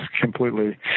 completely